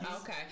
Okay